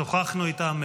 שוחחנו איתם,